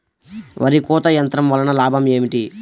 వరి కోత యంత్రం వలన లాభం ఏమిటి?